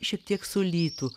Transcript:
šiek tiek sulytų